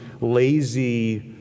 lazy